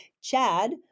Chad